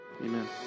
Amen